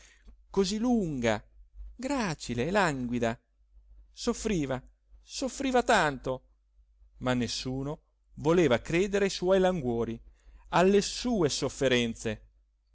così lunga gracile e languida soffriva soffriva tanto ma nessuno voleva credere ai suoi languori alle sue sofferenze